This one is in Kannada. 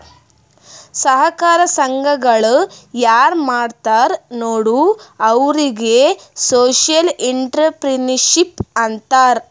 ಸಹಕಾರ ಸಂಘಗಳ ಯಾರ್ ಮಾಡ್ತಾರ ನೋಡು ಅವ್ರಿಗೆ ಸೋಶಿಯಲ್ ಇಂಟ್ರಪ್ರಿನರ್ಶಿಪ್ ಅಂತಾರ್